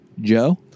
Joe